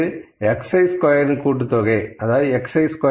இது xi squared இன் கூட்டுத்தொகைக்காக